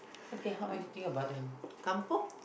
okay how about you think about the kampung